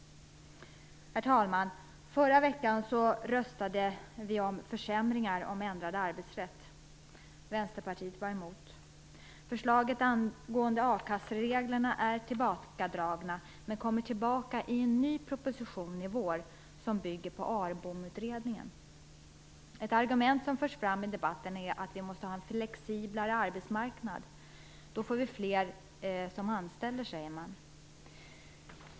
Herr talman! Förra veckan röstade vi om försämringar i fråga om ändrad arbetsrätt. Vänsterpartiet var emot det. Förslagen om a-kassereglerna är tillbakadragna, men kommer tillbaka i en ny proposition i vår som bygger på ARBOM-utredningen. Ett argument som förs fram i debatten är att vi måste ha en flexiblare arbetsmarknad. Då får vi fler som anställer, säger man.